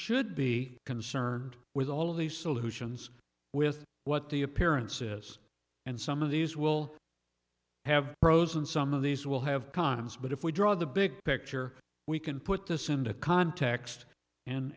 should be concerned with all of these solutions with what the appearances and some of these will have frozen some of these will have condoms but if we draw the big picture we can put this into context and